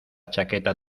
chaqueta